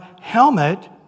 helmet